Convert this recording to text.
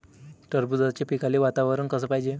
टरबूजाच्या पिकाले वातावरन कस पायजे?